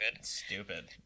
Stupid